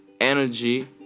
Energy